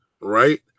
right